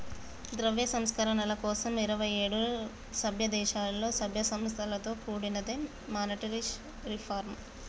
ద్రవ్య సంస్కరణల కోసం ఇరవై ఏడు సభ్యదేశాలలో, సభ్య సంస్థలతో కూడినదే మానిటరీ రిఫార్మ్